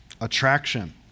attraction